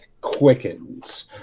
quickens